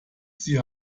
sie